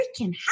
freaking